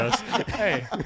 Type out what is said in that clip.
Hey